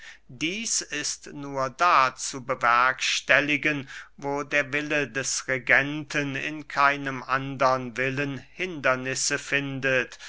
dieß ist nur da zu bewerkstelligen wo der wille des regenten in keinem andern willen hindernisse findet